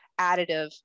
additive